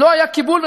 לא היה קיבול,